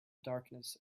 darkness